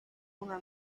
una